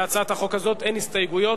להצעת החוק הזאת אין הסתייגויות.